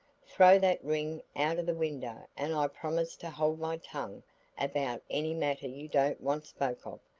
throw that ring out of the window and i promise to hold my tongue about any matter you don't want spoke of.